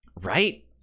Right